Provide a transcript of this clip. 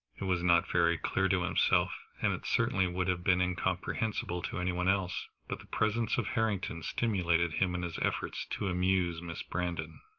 it was not very clear to himself, and it certainly would have been incomprehensible to any one else, but the presence of harrington stimulated him in his efforts to amuse miss brandon.